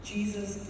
Jesus